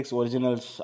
originals